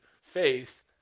faith